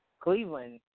Cleveland